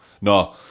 No